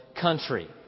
country